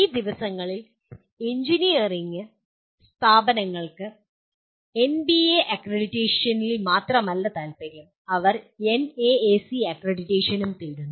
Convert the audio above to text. ഈ ദിവസങ്ങളിൽ എഞ്ചിനീയറിംഗ് സ്ഥാപനങ്ങൾക്ക് എൻബിഎ അക്രഡിറ്റേഷനിൽ മാത്രമല്ല താൽപ്പര്യം അവർ എൻഎഎസി അക്രഡിറ്റേഷനും തേടുന്നു